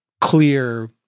clear